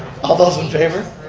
all those in favor?